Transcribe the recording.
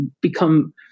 become